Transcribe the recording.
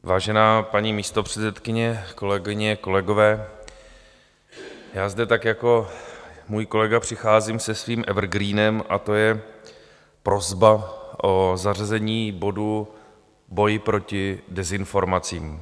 Vážená paní místopředsedkyně, kolegyně kolegové, já zde tak jako můj kolega přicházím se svým evergreenem a to je prosba o zařazení bodu Boj proti dezinformacím.